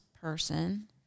person